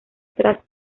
tras